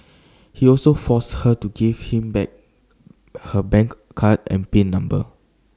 he also forced her to give him back her bank card and pin number